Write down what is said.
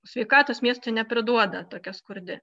sveikatos miestui nepriduoda tokia skurdi